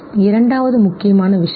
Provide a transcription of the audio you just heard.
இரண்டாவது முக்கியமான விஷயம்